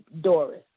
Doris